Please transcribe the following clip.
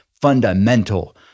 fundamental